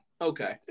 Okay